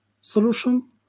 solution